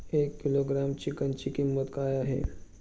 एक किलोग्रॅम चिकनची किंमत काय आहे?